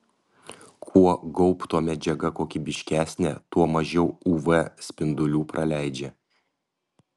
kuo gaubto medžiaga kokybiškesnė tuo mažiau uv spindulių praleidžia